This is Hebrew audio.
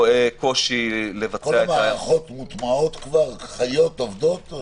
כל המערכות מוטמעות כבר, עובדות, חיות?